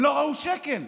הם לא ראו שקל.